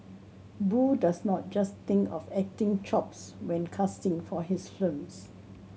Boo does not just think of acting chops when casting for his films